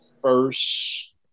first